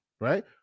Right